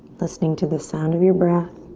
listening to the sound of your breath,